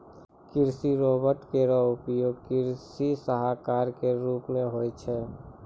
कृषि रोबोट केरो उपयोग कृषि सलाहकार क रूप मे होय छै